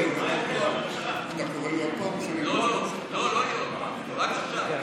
אני מתכבד להציג בפניכם את הרכבה של ממשלת